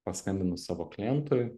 paskambinu savo klientui